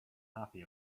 happy